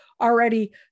already